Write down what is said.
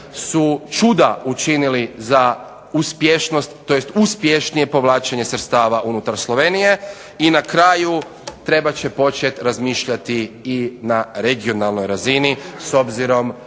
to jest uspješnije povlačenje sredstava unutar Slovenije. I na kraju trebat će počet razmišljati i na regionalnoj razini s obzirom